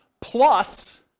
plus